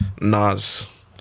Nas